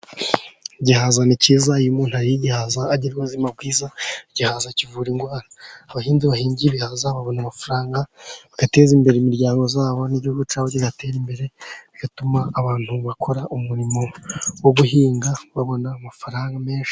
Igihaza cyiza, iyo umuntu ariye igihaza agira ubuzima bwiza, igihaza kivura indwara. Abahinzi bahinga ibihaza babona amafaranga, bagateza imbere imiryango yabo n'igihugu cyabo kigatera imbere, bigatuma abantu bakora umurimo w'ubuhinzi babona amafaranga menshi.